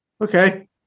Okay